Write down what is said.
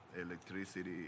electricity